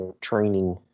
training